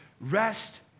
rest